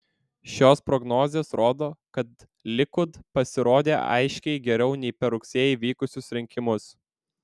šios prognozės rodo kad likud pasirodė aiškiai geriau nei per rugsėjį vykusius rinkimus